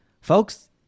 folks